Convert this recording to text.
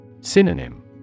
Synonym